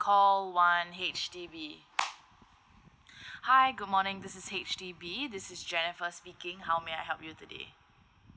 call one H_D_B hi good morning this is H_D_B this is jennifer speaking how may I help you today